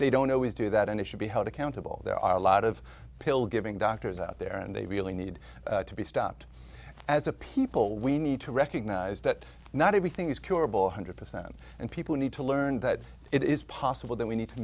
they don't always do that and it should be held accountable there are a lot of pill giving doctors out there and they really need to be stopped as a people we need to recognize that not everything is curable one hundred percent and people need to learn that it is possible that we need to